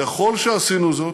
ככל שעשינו זאת,